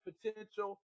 potential